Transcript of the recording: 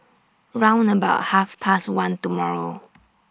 round about Half Past one tomorrow